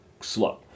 slow